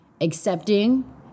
accepting